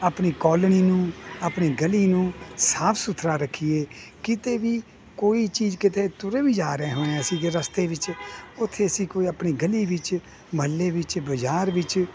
ਆਪਣੀ ਕੋਲਣੀ ਨੂੰ ਆਪਣੀ ਗਲੀ ਨੂੰ ਸਾਫ਼ ਸੁਥਰਾ ਰੱਖੀਏ ਕਿਤੇ ਵੀ ਕੋਈ ਚੀਜ਼ ਕਿਤੇ ਤੁਰੇ ਵੀ ਜਾ ਰਹੇ ਹੋ ਅਸੀਂ ਰਸਤੇ ਵਿੱਚ ਵਿੱਚ